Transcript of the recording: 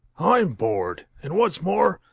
i'm bored and what's more,